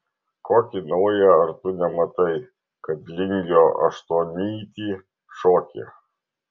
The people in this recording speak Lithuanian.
kokį naują ar tu nematai kad lingio aštuonnytį šoki